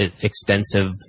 extensive